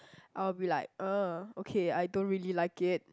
I'll be like okay I don't really like it